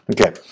okay